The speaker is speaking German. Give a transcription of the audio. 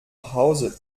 hause